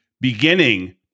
beginning